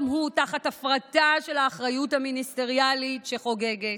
גם הוא תחת הפרטה של האחריות המיניסטריאלית שחוגגת.